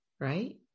right